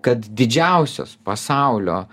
kad didžiausios pasaulio